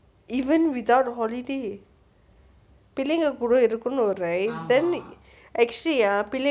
even without holiday பிள்ளைங்க கூட இருக்கனும்:pillainga kuuda irukkanum right then actually ah